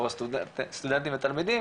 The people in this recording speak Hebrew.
או סטודנטים ותלמידים,